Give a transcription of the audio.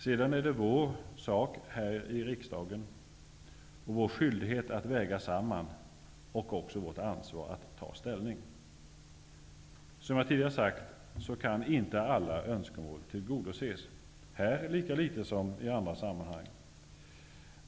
Sedan är det vår sak och skyldighet här i riksdagen att göra en sammanvägning och vårt ansvar att ta ställning. Som jag tidigare har sagt kan inte alla önskemål tillgodoses, lika litet i det här som i andra sammanhang.